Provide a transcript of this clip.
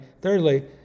thirdly